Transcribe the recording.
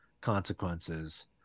consequences